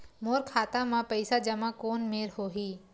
मोर खाता मा पईसा जमा कोन मेर होही?